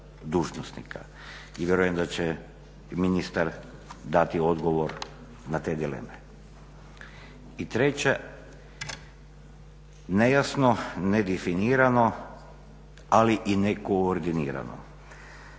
I vjerujem da će ministar dati odgovor na te dileme. I treće nejasno, nedefinirano ali nekoordinirano.